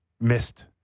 missed –